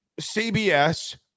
CBS